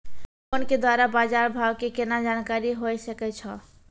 Phone के द्वारा बाज़ार भाव के केना जानकारी होय सकै छौ?